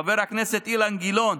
חבר הכנסת אילן גילאון,